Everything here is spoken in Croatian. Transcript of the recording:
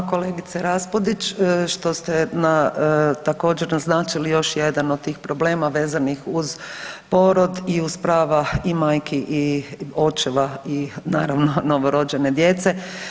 Hvala kolegice Raspudić što ste također naznačili još jedan od tih problema vezanih uz porod i uz prava i majki i očeva i naravno novorođene djece.